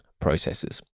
processes